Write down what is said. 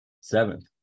Seventh